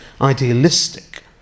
idealistic